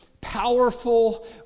powerful